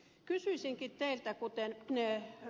kysyisinkin teiltä kuten ed